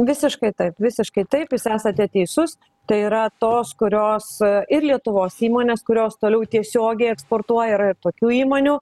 visiškai taip visiškai taip jūs esate teisus tai yra tos kurios ir lietuvos įmonės kurios toliau tiesiogiai eksportuoja yra ir tokių įmonių